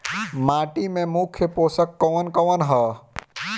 माटी में मुख्य पोषक कवन कवन ह?